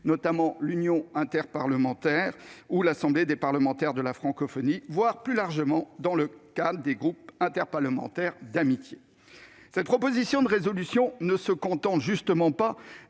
notamment l'Union interparlementaire (UIP) ou l'Assemblée parlementaire de la Francophonie (APF), voire, plus largement, dans le cadre des groupes interparlementaires d'amitié. Cette proposition de résolution ne se limite justement pas